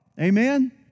Amen